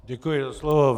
Děkuji za slovo.